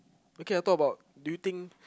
okay ah I talk about do you think